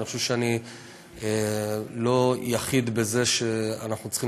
אני חושב שאני לא יחיד בזה שאני אומר שאנחנו צריכים